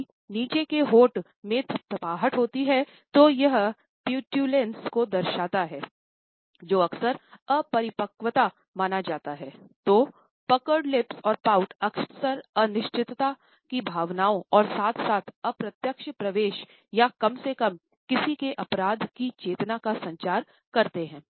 यदि नीचे के होंठ में थपथपाहट होती है तो यह पेटुन्स अक्सर अनिश्चितता की भावनाओं और साथ साथ अप्रत्यक्ष प्रवेश या कम से कम किसी के अपराध की चेतना का संचार करते हैं